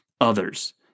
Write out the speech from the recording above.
others